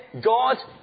God